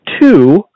two